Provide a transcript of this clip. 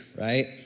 right